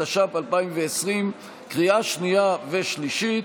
התש"ף 2020, בקריאה שנייה וקריאה שלישית.